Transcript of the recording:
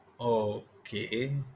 Okay